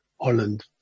Holland